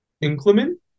inclement